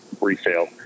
resale